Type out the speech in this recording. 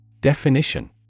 Definition